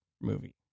movie